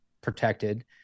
protected